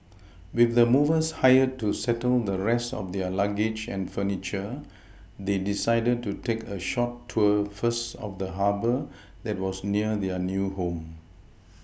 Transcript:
with the movers hired to settle the rest of their luggage and furniture they decided to take a short tour first of the Harbour that was near their new home